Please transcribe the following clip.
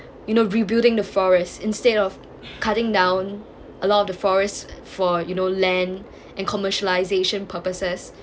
you know rebuilding the forest instead of cutting down a lot of the forests for you know land and commercialization purposes